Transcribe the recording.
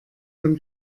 von